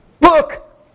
Look